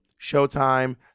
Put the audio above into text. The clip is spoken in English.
Showtime